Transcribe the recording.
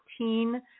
14